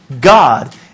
God